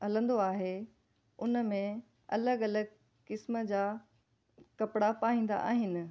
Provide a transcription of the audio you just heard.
हलंदो आहे उन में अलॻि अलॻि क़िस्म जा कपिड़ा पाईंदा आहिनि